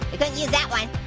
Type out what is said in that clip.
we couldn't use that one.